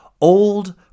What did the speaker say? old